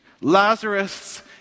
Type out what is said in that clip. Lazarus